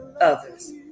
others